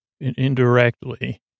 indirectly